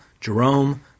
Jerome